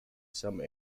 some